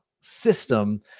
system